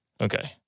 Okay